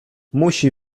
musi